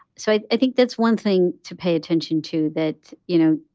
so i think that's one thing to pay attention to, that, you know,